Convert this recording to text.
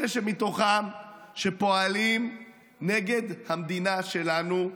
אלה מתוכם שפועלים נגד המדינה שלנו,